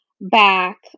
back